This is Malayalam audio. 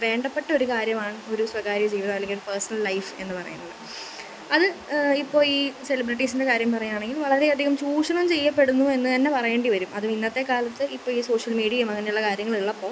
വേണ്ടപ്പെട്ട ഒരു കാര്യമാണ് ഒരു സ്വകാര്യ ജീവിതം അല്ലെങ്കിൽ ഒരു പേർസണൽ ലൈഫ് എന്നു പറയുന്നത് അത് ഇപ്പോൾ ഈ സെലിബ്രിറ്റീസിന്റെ കാര്യം പറയുകയാണെങ്കിൽ വളരെയധികം ചൂഷണം ചെയ്യപ്പെടുന്നു എന്നുതന്നെ പറയേണ്ടി വരും അതും ഇന്നത്തെ കാലത്ത് ഇപ്പോൾ ഈ സോഷ്യൽ മീഡിയയും അങ്ങനെയുള്ള കാര്യങ്ങൾ ഉള്ളപ്പം